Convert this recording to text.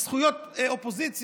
על זכויות אופוזיציה.